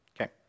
Okay